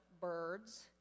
birds